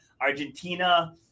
argentina